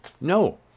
no